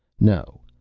no,